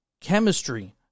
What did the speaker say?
Chemistry